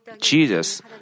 Jesus